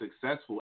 successful